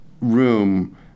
room